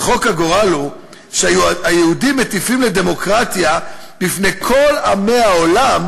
צחוק הגורל הוא שהיהודים מטיפים לדמוקרטיה בפני כל עמי העולם,